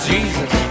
Jesus